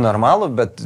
normalų bet